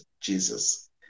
Jesus